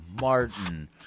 Martin